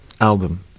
album